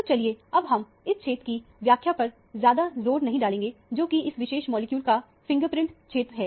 तो चलिए अब हम इस क्षेत्र की व्याख्या पर ज्यादा जोर नहीं डालते हैं जो कि इस विशेष मॉलिक्यूल का फिंगरप्रिंट क्षेत्र है